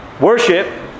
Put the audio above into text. worship